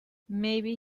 maybe